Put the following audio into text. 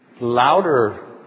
Louder